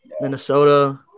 Minnesota